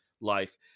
life